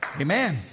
Amen